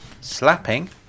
slapping